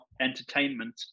entertainment